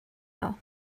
nhw